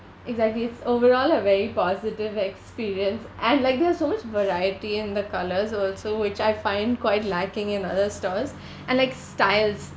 exactly it's overall a very positive experience and like there's so much variety in the colours also which I find quite lacking in other stores and like styles